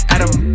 Adam